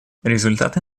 результаты